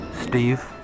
Steve